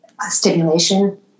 stimulation